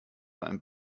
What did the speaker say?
beim